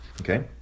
Okay